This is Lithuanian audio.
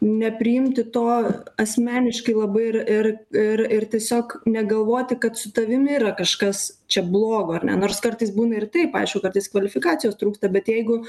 nepriimti to asmeniškai labai ir ir ir ir tiesiog negalvoti kad su tavimi yra kažkas čia blogo ar ne nors kartais būna ir taip aišku kartais kvalifikacijos trūksta bet jeigu